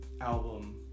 album